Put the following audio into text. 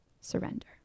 surrender